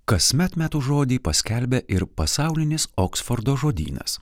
kasmet metų žodį paskelbia ir pasaulinis oksfordo žodynas